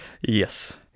yes